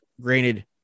granted